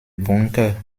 bunker